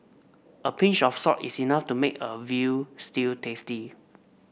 a pinch of salt is enough to make a veal stew tasty